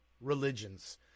religions